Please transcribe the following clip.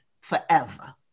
forever